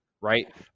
right